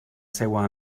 seua